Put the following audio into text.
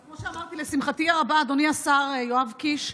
אז כמו שאמרתי, לשמחתי הרבה, אדוני השר יואב קיש,